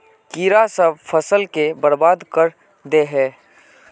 कीड़ा सब फ़सल के बर्बाद कर दे है?